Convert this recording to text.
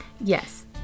Yes